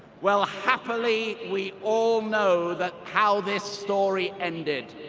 well, happily, we all know that how this story ended.